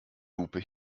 lupe